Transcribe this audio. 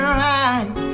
right